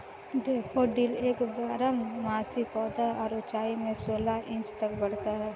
daffodil एक बारहमासी पौधा है और ऊंचाई में सोलह इंच तक बढ़ता है